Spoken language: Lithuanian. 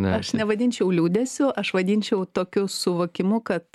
na aš nevadinčiau liūdesiu aš vadinčiau tokiu suvokimu kad